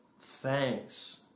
thanks